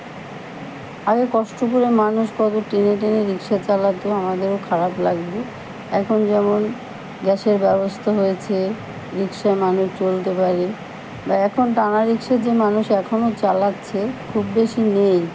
আগে কষ্ট করে মানুষ কত টেনে টেনে রিক্সা চালাতেও আমাদেরও খারাপ লাগত এখন যেমন গ্যাসের ব্যবস্থা হয়েছে রিক্সা মানুষ চলতে পারে বা এখন টানা রিক্সা যে মানুষ এখনও চালাচ্ছে খুব বেশি নেই